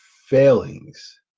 failings